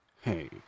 Hey